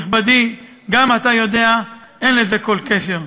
נכבדי, גם אתה יודע, אין לזה כל קשר.